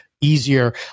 easier